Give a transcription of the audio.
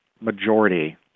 majority